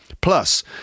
Plus